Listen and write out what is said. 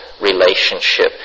Relationship